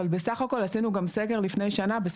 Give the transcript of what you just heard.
אבל בסך הכל עשינו גם סקר לפני שנה,